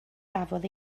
gafodd